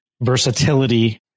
versatility